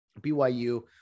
byu